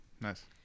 Nice